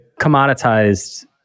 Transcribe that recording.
commoditized